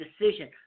decision